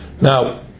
Now